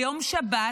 ביום שבת,